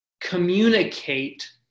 communicate